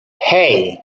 hey